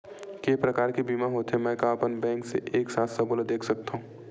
के प्रकार के बीमा होथे मै का अपन बैंक से एक साथ सबो ला देख सकथन?